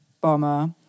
bomber